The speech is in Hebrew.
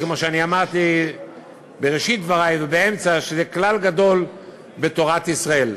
כמו שאני אמרתי בראשית דברי ובאמצע זה כלל גדול בתורת ישראל.